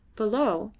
below,